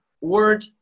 word